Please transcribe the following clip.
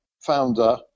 founder